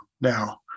now